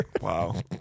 Wow